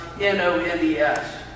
N-O-N-E-S